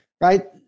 right